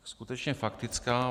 Skutečně faktická.